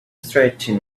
stretching